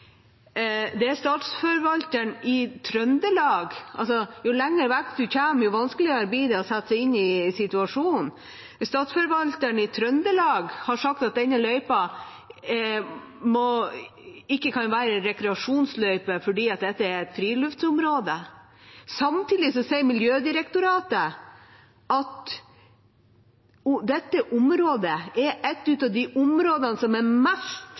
Statsforvalteren i Trøndelag – jo lenger bort man er, jo vanskeligere blir det å sette seg inn i situasjonen – har sagt at denne løypa ikke kan være rekreasjonsløype fordi dette er et friluftsområde. Samtidig sier Miljødirektoratet at dette området er et av de områdene som er